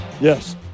Yes